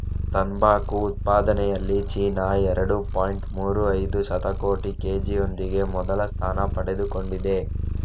ತಂಬಾಕು ಉತ್ಪಾದನೆಯಲ್ಲಿ ಚೀನಾ ಎರಡು ಪಾಯಿಂಟ್ ಮೂರು ಐದು ಶತಕೋಟಿ ಕೆ.ಜಿಯೊಂದಿಗೆ ಮೊದಲ ಸ್ಥಾನ ಪಡೆದುಕೊಂಡಿದೆ